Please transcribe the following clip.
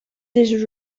this